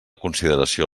consideració